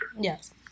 Yes